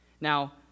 Now